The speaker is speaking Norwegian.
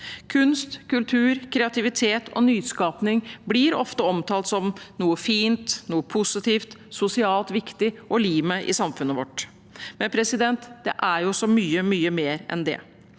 Kunst, kultur, kreativitet og nyskaping blir ofte omtalt som noe fint, noe positivt, sosialt viktig og limet i samfunnet vårt, men det er så mye, mye mer enn det.